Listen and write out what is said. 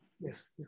yes